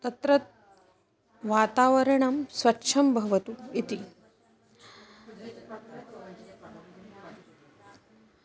तत्रत्यं वातावरणं स्वच्छं भवतु इति